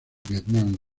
vietnam